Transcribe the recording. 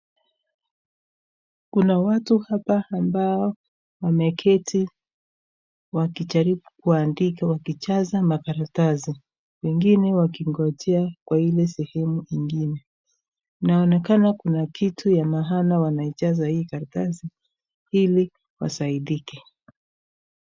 Kuna watu hapa ambao wameketi wakijatibu kuandika wakijaza makaratasi, wengine wakongoje Kwa hile sehemu ingine , inaonekana Kuna kitu ya maana wanaijaza hii karatasi hili wasaidike.